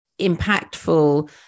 impactful